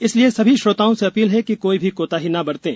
इसलिए सभी श्रोताओं से अपील है कि कोई भी कोताही न बरतें